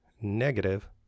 negative